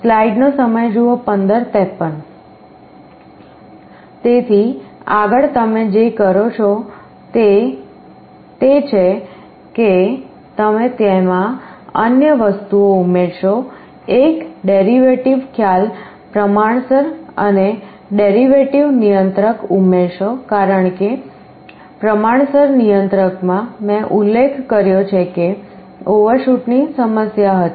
તેથી આગળ તમે જે કરો છો તે તે છે કે તમે તેમાં અન્ય વસ્તુ ઉમેરશો એક ડેરિવેટિવ ખ્યાલ પ્રમાણસર અને ડેરિવેટિવ નિયંત્રક ઉમેરશો કારણ કે પ્રમાણસર નિયંત્રકમાં મેં ઉલ્લેખ કર્યો છે કે ઓવરશૂટની સમસ્યા હતી